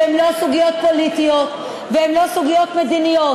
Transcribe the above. שהן לא סוגיות פוליטיות והן לא סוגיות מדיניות,